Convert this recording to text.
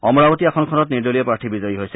অমৰাৱতী আসনখনত নিৰ্দলীয় প্ৰাৰ্থী বিজয়ী হৈছে